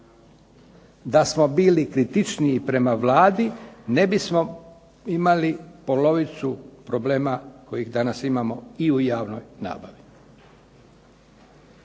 Da smo bili kritičniji prema Vladi, ne bismo imali polovicu problema kojih danas imamo i u javnoj nabavi.